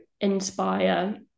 inspire